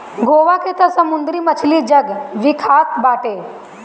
गोवा के तअ समुंदरी मछली जग विख्यात बाटे